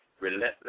Relentless